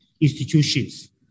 institutions